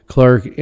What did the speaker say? Clark